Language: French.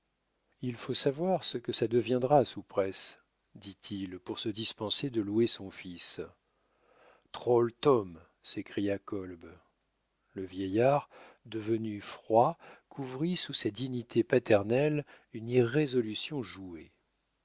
il faut savoir ce que ça deviendra sous presse dit-il pour se dispenser de louer son fils trôle t'ome s'écria kolb le vieillard devenu froid couvrit sous sa dignité paternelle une irrésolution jouée